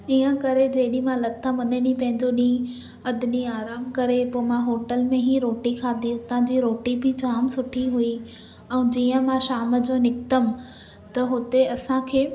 इअं करे जेॾीमहिल नथामने जो पंहिंजो ॾींहुं अधि ॾींहुं आराम करे पोइ मां होटल में ई रोटी खाधी हुता जी रोटी बि जाम सुठी हुई ऐं जीअं मां शाम जो निकतमि त हुते असांखे